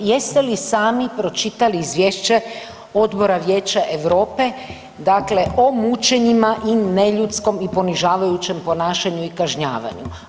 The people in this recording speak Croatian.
Jeste li sami pročitali Izvješće Odbora Vijeća Europe, dakle o mučenjima i neljudskom i ponižavajućem ponašanju i kažnjavanju.